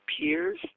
peers